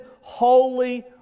holy